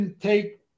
take